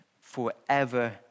forever